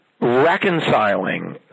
reconciling